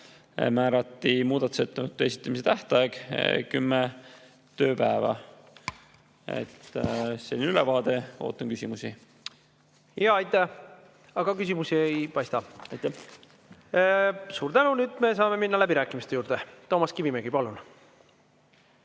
määrati muudatusettepanekute esitamise tähtajaks kümme tööpäeva. Selline ülevaade. Ootan küsimusi. Aitäh! Aga küsimusi ei paista. Suur tänu! Nüüd saame minna läbirääkimiste juurde. Toomas Kivimägi, palun!